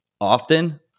often